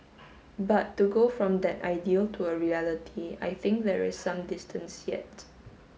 but to go from that ideal to a reality I think there is some distance yet